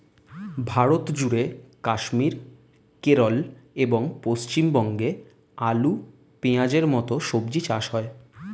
ভারতজুড়ে কাশ্মীর, কেরল এবং পশ্চিমবঙ্গে আলু, পেঁয়াজের মতো সবজি চাষ হয়